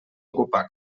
ocupar